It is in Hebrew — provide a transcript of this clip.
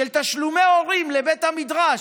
של תשלומי הורים לבית המדרש,